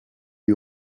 lui